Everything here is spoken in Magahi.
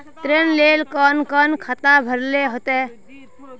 ऋण लेल कोन कोन खाता भरेले होते?